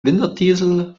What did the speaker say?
winterdiesel